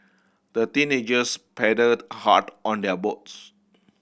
the teenagers paddled hard on their boats